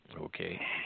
Okay